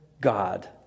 God